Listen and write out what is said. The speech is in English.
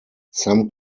some